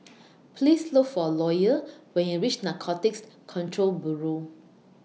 Please Look For Loyal when YOU REACH Narcotics Control Bureau